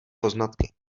poznatky